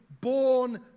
born